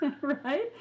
Right